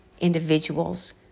individuals